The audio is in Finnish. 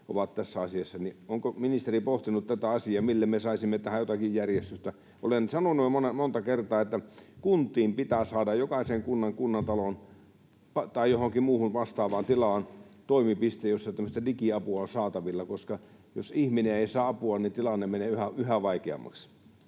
ovat tässä asiassa. Onko ministeri pohtinut tätä asiaa, millä me saisimme tähän jotakin järjestystä? Olen sanonut jo monta kertaa, että kuntiin pitää saada jokaisen kunnan kunnantaloon tai johonkin muuhun vastaavaan tilaan toimipiste, jossa digiapua on saatavilla, koska jos ihminen ei saa apua, niin tilanne menee yhä vaikeammaksi.